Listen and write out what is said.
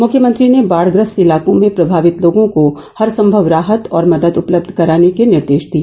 मुख्यमंत्री ने बाढग्रस्त इलाकों में प्रभावित लोगों को हरसंभव राहत और मदद उपलब्ध कराने के निर्देश दिए